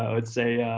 ah would say,